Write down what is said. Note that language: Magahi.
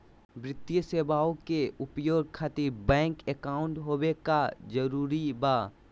वित्तीय सेवाएं के उपयोग खातिर बैंक अकाउंट होबे का जरूरी बा?